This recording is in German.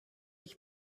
ich